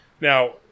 Now